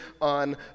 on